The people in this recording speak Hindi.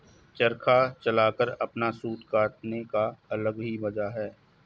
चरखा चलाकर अपना सूत काटने का अलग ही मजा है